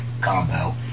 combo